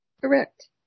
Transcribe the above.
Correct